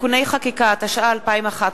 (תיקוני חקיקה), התשע"א 2011,